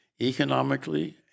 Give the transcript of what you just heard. economically